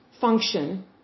function